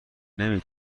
نمی